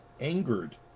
angered